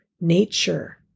nature